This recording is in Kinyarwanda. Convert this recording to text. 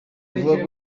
avuga